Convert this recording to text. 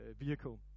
vehicle